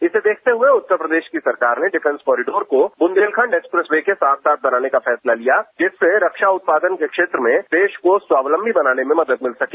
इसे देखते हुए उत्तरप्रदेश की सरकार ने डिफेंस कारिडोर को बुंदेलखंड एक्सप्रेस वे साथ साथ बनाने का फैसला लिया जिससे रक्षा उत्पादन के क्षेत्र में देश को खावलंबी बनने में मदद मिल सके